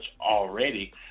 already